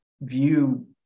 view